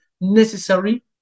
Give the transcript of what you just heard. necessary